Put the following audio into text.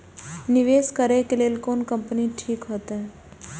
निवेश करे के लेल कोन कंपनी ठीक होते?